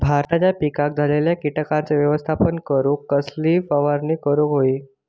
भाताच्या पिकांक झालेल्या किटकांचा व्यवस्थापन करूक कसली फवारणी करूक होई?